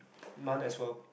none as well